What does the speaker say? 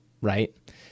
right